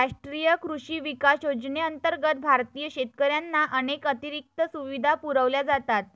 राष्ट्रीय कृषी विकास योजनेअंतर्गत भारतीय शेतकऱ्यांना अनेक अतिरिक्त सुविधा पुरवल्या जातात